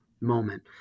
moment